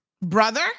brother